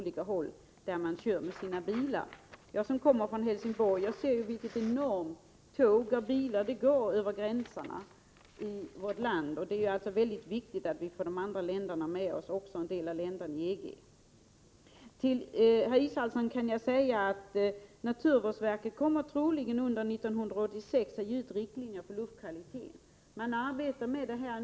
Själv kommer jag från Helsingborg och har sett de enorma köerna av bilar som passerar över gränsen till och från vårt land. Därför är det viktigt att vi får en del av länderna inom EG med oss i frågan om blyfri bensin. Till Per Israelsson kan jag säga att naturvårdsverket troligen kommer att ge ut riktlinjer för luftkvaliteten under 1986.